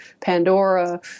Pandora